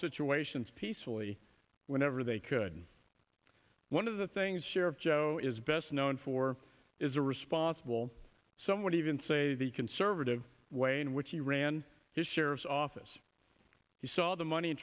situations peacefully whenever they could one of the things sheriff joe is best known for is a responsible some would even say the conservative way in which he ran his sheriff's office he saw the money